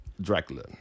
Dracula